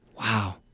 wow